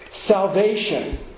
Salvation